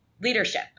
leadership